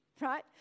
right